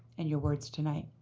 and your words tonight.